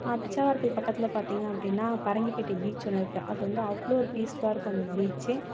பிச்சாவரத்துக்கு பக்கத்தில் பார்த்தீங்க அப்படின்னா பரங்கிப்பேட்டை பீச் ஒன்று இருக்குது அது வந்து அவ்வளோ ஒரு பீஸ்ஃபுல்லாக இருக்கும் அந்த பீச்